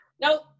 Nope